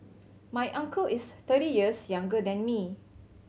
my uncle is thirty years younger than me